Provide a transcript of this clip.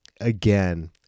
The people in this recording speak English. Again